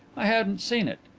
i hadn't seen it.